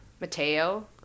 Mateo